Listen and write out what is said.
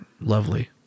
lovely